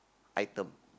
item